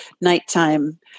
nighttime